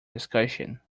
discussion